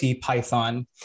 Python